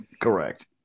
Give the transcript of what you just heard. correct